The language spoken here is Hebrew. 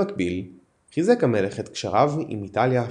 במקביל, חיזק המלך את קשריו עם איטליה הפשיסטית.